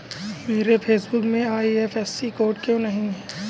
मेरे पासबुक में IFSC code क्यो नहीं है?